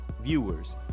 viewers